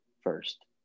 first